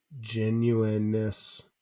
genuineness